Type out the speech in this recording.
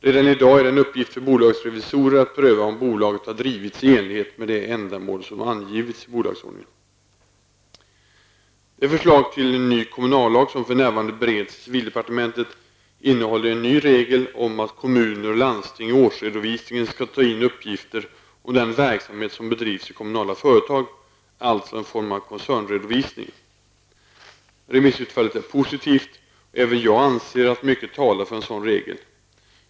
Redan i dag är det en uppgift för bolagets revisorer att pröva om bolaget har drivits i enlighet med det ändamål som angivits i bolagsordningen. Det förslag till en ny kommunallag som för närvarande bereds i civildepartementet innehåller en ny regel om att kommuner och landsting i årsredovisningen skall ta in uppgifter om den verksamhet som bedrivs i kommunala företag, alltså en form av koncernredovisning. Remissutfallet är positivt, och även jag anser att mycket talar för en sådan regel.